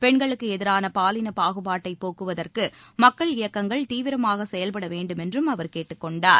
பெண்களுக்கு எதிரான பாலின பாகுபாட்டை போக்குவதற்கு மக்கள் இயக்கங்கள் தீவிரமாக செயல்பட வேண்டுமென்றும் அவர் கேட்டுக் கொண்டார்